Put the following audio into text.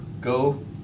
go